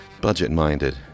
budget-minded